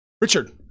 Richard